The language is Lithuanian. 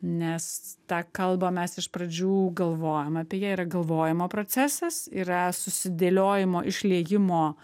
nes tą kalbą mes iš pradžių galvojom apie ją yra galvojimo procesas yra susidėliojimo išliejimo